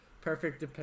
perfect